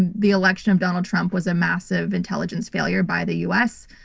and the election of donald trump was a massive intelligence failure by the us.